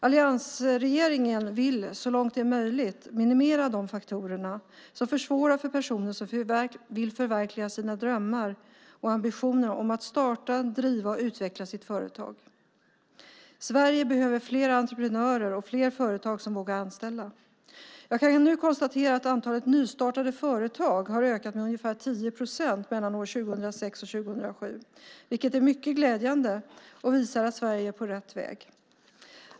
Alliansregeringen vill så långt det är möjligt minimera de faktorer som försvårar för personer som vill förverkliga sina drömmar och ambitioner om att starta, driva och utveckla sitt företag. Sverige behöver fler entreprenörer och fler företag som vågar anställa. Jag kan nu konstatera att antalet nystartade företag ökade med ungefär 10 procent mellan år 2006 och 2007, vilket är mycket glädjande och visar att Sverige är på rätt väg.